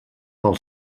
pel